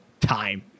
time